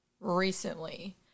recently